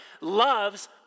loves